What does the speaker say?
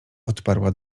odparła